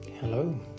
hello